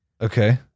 Okay